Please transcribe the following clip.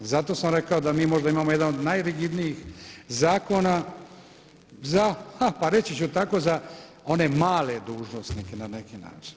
Zato sam rekao da mi možda imamo jedan od najrigidnijih zakona za, ha, pa reći ću tako za one male dužnosnike na neki način.